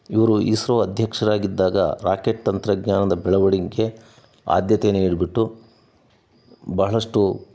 ಇವರು ಇಸ್ರೋ ಅಧ್ಯಕ್ಷರಾಗಿದ್ದಾಗ ರಾಕೆಟ್ ತಂತ್ರಜ್ಞಾನದ ಬೆಳವಣಿಗೆ ಆದ್ಯತೆ ನೀಡಿಬಟ್ಟು ಬಹಳಷ್ಟು